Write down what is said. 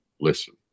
listen